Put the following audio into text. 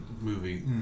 movie